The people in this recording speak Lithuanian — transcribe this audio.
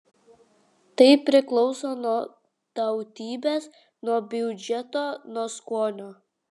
tai priklauso nuo tautybės nuo biudžeto nuo skonio